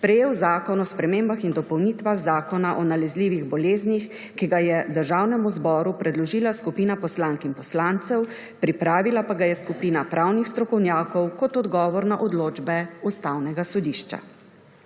sprejel Zakon o spremembah in dopolnitvah Zakona o nalezljivih boleznih, ki ga je Državnemu zboru podložila skupina poslank in poslancev, pripravila pa ga je skupina pravnih strokovnjakov kot odgovor na odločbe Ustavnega sodišča.